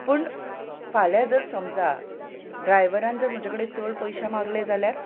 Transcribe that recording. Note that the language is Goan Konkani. पूण फाल्यां जर समजा ड्रायव्हरान जर म्हजे कडेन चड पयशे मागले जाल्यार